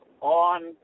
on